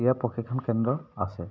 ইয়াত প্ৰশিক্ষণ কেন্দ্ৰ আছে